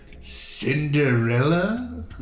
Cinderella